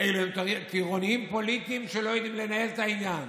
שאלה טירונים פוליטיים שלא יודעים לנהל את העניין.